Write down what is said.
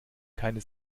keine